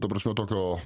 ta prasme tokio